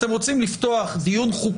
אנחנו נפנה את תשומת לב ראש רשות האוכלוסין,